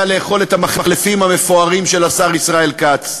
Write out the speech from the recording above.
לאכול את המחלפים המפוארים של השר ישראל כץ.